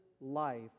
life